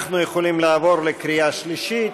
אנחנו יכולים לעבור לקריאה שלישית.